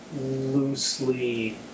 loosely